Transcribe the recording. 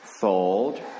fold